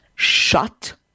Shut